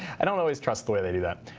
i don't always trust the way they do that.